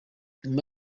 nyuma